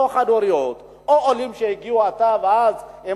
או חד-הוריות או עולים שהגיעו עתה והם